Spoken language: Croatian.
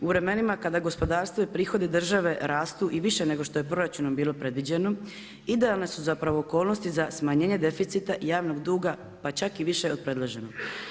U vremenima kada gospodarstvo i prihodi države rastu i više nego što je proračunom bilo predviđeno, idealne su zapravo okolnosti za smanjenje deficita javnog duga, pa čak i više od predloženog.